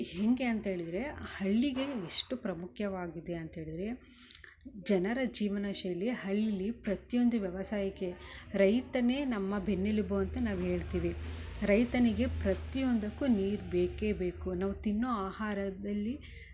ಹೇಗೆ ಅಂತ ಹೇಳಿದರೆ ಹಳ್ಳಿಗೆ ಎಷ್ಟು ಪ್ರಮುಖವಾಗಿದೆ ಅಂತ ಹೇಳಿದರೆ ಜನರ ಜೀವನ ಶೈಲಿ ಹಳ್ಳಿ ಪ್ರತಿಯೊಂದು ವ್ಯವಸಾಯಕ್ಕೆ ರೈತನೆ ನಮ್ಮ ಬೆನ್ನೆಲುಬು ಅಂತ ನಾವು ಹೇಳ್ತೀವಿ ರೈತನಿಗೆ ಪ್ರತಿಯೊಂದಕ್ಕು ನೀರು ಬೇಕೇ ಬೇಕು ನಾವು ತಿನ್ನೋ ಆಹಾರದಲ್ಲಿ